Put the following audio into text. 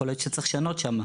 יכול להיות שצריך לשנות שם.